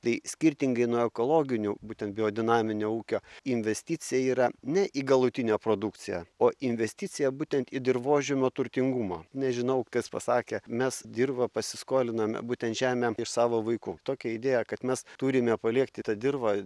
tai skirtingai nuo ekologinių būtent biodinaminio ūkio investicija yra ne į galutinę produkciją o investicija būtent į dirvožemio turtingumą nežinau kas pasakė mes dirvą pasiskoliname būtent žemę iš savo vaikų tokią idėją kad mes turime palikti tą dirvą